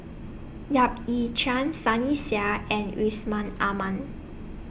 Yap Ee Chian Sunny Sia and Yusman Aman